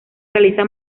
realiza